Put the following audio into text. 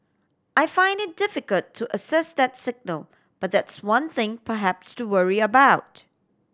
I find it difficult to assess that signal but that's one thing perhaps to worry about